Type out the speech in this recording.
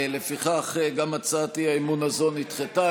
לפיכך גם הצעת האי-אמון הזו נדחתה.